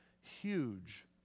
huge